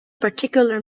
particular